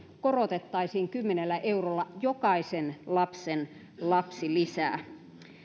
korotettaisiin kymmenellä eurolla jokaisen lapsen lapsilisää